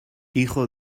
hijo